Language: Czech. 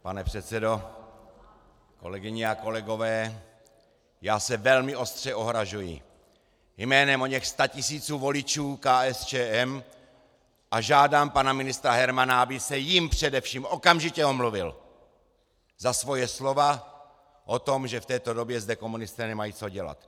Pane předsedo, kolegyně a kolegové, já se velmi ostře ohrazuji jménem oněch statisíců voličů KSČM a žádám pana ministra Hermana, aby se jim především okamžitě omluvil za svoje slova o tom, že v této době zde komunisté nemají co dělat.